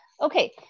Okay